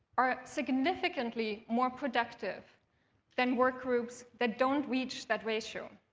are significantly more productive than work groups that don't reach that ratio.